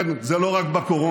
ובכן, זה לא רק בקורונה.